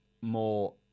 more